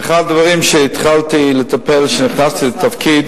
אחד הדברים שהתחלתי לטפל בהם כשנכנסתי לתפקיד